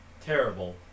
terrible